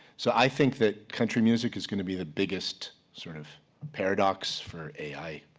so i think that country music is going to be the biggest sort of paradox for ai,